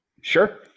Sure